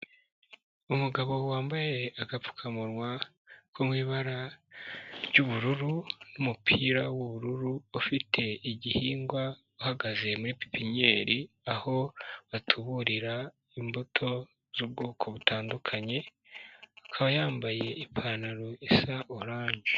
Umugabo wambaye agapfukamunwa ko mu ibara ry'ubururu n'umupira w'ubururu ufite igihingwa uhagaze muri pepenyeri aho batuburira imbuto z'ubwoko butandukanye, akaba yambaye ipantaro isa oranje.